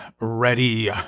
ready